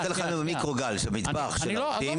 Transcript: הוא רוצה לחמם במיקרוגל במטבח של העובדים,